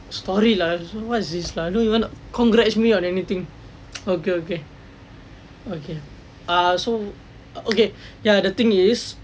story lah don't know what is this lah don't even congrats me on anything okay okay okay err so okay ya the thing is